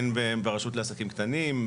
הן ברשות לעסקים קטנים,